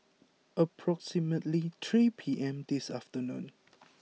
approximately three P M this afternoon